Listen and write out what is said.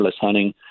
hunting